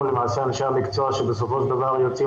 אנחנו למעשה אנשי המקצוע שבסופו של דבר יוצאים